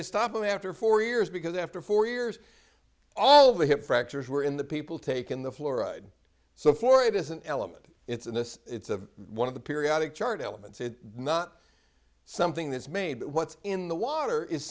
to stop them after four years because after four years all the hip fractures were in the people taken the fluoride so for it is an element it's in this it's a one of the periodic chart elements it's not something that's made what's in the water is